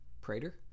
Prater